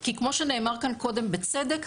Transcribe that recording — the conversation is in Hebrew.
כי כמו שנאמר כאן קודם בצדק,